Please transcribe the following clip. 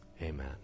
Amen